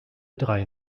drei